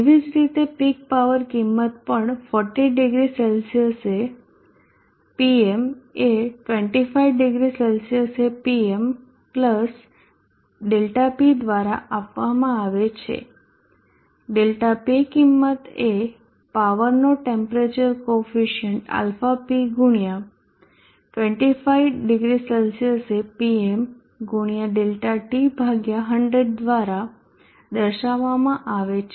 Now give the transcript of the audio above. એવી જ રીતે પીક પાવર કિંમત પણ 400 C એ Pm એ 250 C એ Pm ΔP દ્વારા આપવામાં આવે છે ΔP કિંમત એ પાવર નો ટેમ્પરેચર કોફિસીયન્ટ αp ગુણ્યા 250 C એ Pm ગુણ્યા ΔT ભાગ્યા 100 દ્વારા દર્શાવવામાં આવે છે